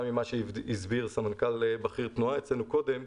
ממה שהסביר סמנכ"ל בכיר תנועה אצלנו קודם,